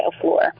floor